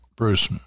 Bruce